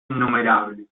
innumerables